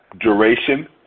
duration